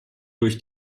durch